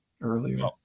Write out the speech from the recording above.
earlier